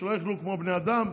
שלא יאכלו כמו בני אדם?